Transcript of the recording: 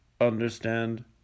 Understand